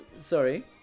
Sorry